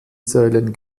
säulen